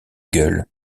gueule